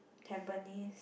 Tampines